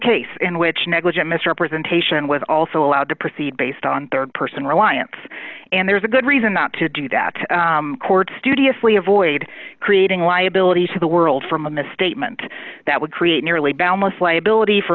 case in which negligent misrepresentation with also allowed to proceed based on rd person reliance and there's a good reason not to do that court studiously avoid creating liabilities to the world from a misstatement that would create nearly boundless liability for